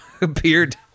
appeared